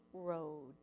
road